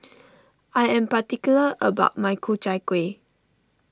I am particular about my Ku Chai Kueh